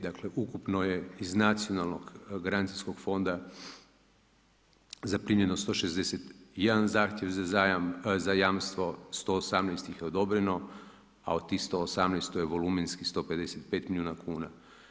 Dakle, ukupno je iz nacionalnog garancijskog fonda zaprimljeno 161 zahtjev za jamstvo, 118 ih je odobreno, a od tih 118 to je volumenski 155 milijuna kuna.